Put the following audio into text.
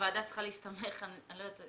הוועדה צריכה להסתמך אני לא יודעת,